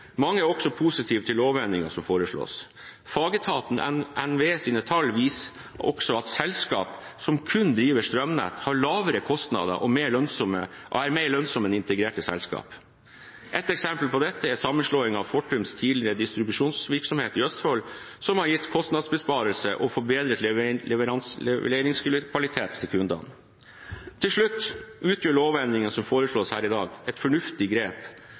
Mange er også positive til lovendringene som foreslås. Fagetaten NVEs tall viser også at de selskapene som kun driver strømnett, har lavere kostnader og er mer lønnsomme enn integrerte selskaper. Ett eksempel på dette er sammenslåingen av Fortums tidligere distribusjonsnettvirksomhet i Østfold, som har gitt kostnadsbesparelser og forbedret leveringskvalitet til kundene. Til slutt: Lovendringene som foreslås her i dag, utgjør fornuftige grep